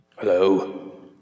hello